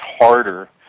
harder